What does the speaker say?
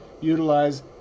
utilize